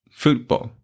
football